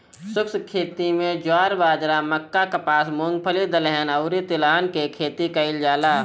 शुष्क खेती में ज्वार, बाजरा, मक्का, कपास, मूंगफली, दलहन अउरी तिलहन के खेती कईल जाला